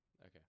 Okay